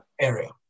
area